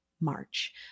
March